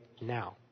now